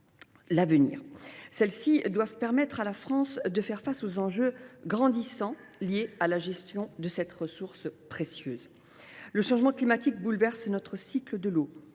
l’avenir. Celles ci doivent permettre à la France de faire face aux enjeux grandissants liés à la gestion de cette ressource précieuse. Le changement climatique bouleverse notre cycle de l’eau